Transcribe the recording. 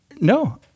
no